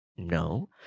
No